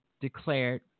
declared